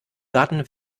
garten